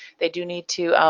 they do need to.